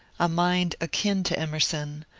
a mind akin to emerson,